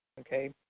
okay